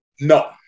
No